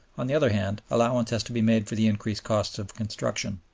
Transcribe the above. on the other hand, allowance has to be made for the increased costs of construction.